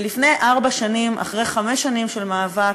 ולפני ארבע שנים, אחרי חמש שנים של מאבק,